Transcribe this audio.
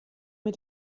mir